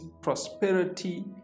prosperity